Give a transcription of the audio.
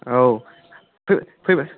औ फै फैबाय